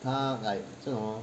他 like 这种 hor